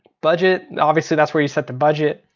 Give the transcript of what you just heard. budget, obviously that's where you set the budget.